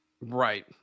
Right